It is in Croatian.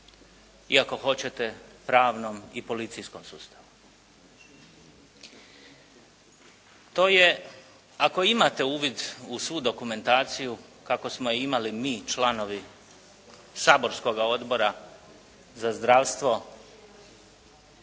ako hoćete pravno i policijskom slučaju. To je ako imate uvid u svu dokumentaciju kako smo je imali mi članovi saborskoga Odbora za zdravstvo